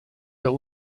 der